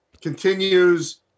continues –